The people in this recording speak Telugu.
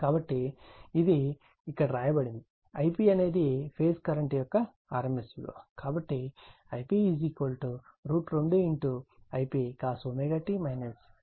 కాబట్టి ఇది ఇక్కడ వ్రాయబడినది Ip అనేది ఫేజ్ కరెంట్ యొక్క rms విలువ